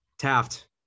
Taft